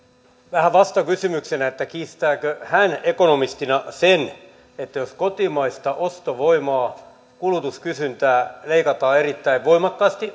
vähän vastakysymyksenä kiistääkö hän ekonomistina sen etteikö sillä jos kotimaista ostovoimaa kulutuskysyntää leikataan erittäin voimakkaasti